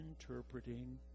interpreting